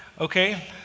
okay